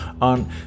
on